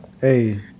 Hey